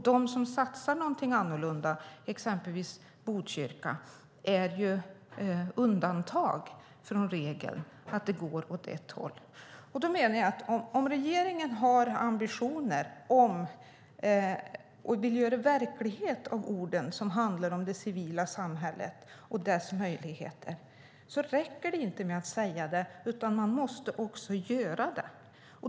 De som satsar annorlunda, exempelvis Botkyrka, är undantag från regeln att det går åt ett håll. Om regeringen har ambitioner att göra verklighet av orden som handlar om det civila samhället och dess möjligheter räcker det inte att säga det, utan man måste också göra det.